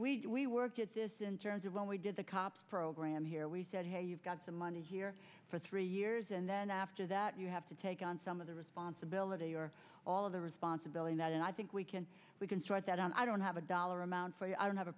we we worked at this in terms of when we did the cops program here we said hey you've got some money here for three years and then after that you have to take on some of the responsibility or all of the responsibility that and i think we can we can start that and i don't have a dollar amount for you i don't have a